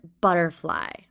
butterfly